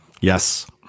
yes